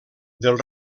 del